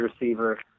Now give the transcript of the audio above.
receiver